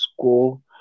school